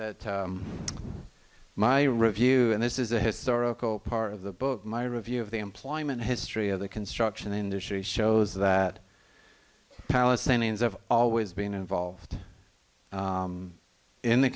that my review and this is a historical part of the book my review of the employment history of the construction industry shows that palestinians have always been involved in the